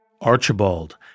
Archibald